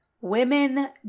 women